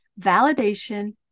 validation